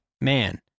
man